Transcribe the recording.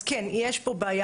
אז כן, יש פה בעיה.